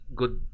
good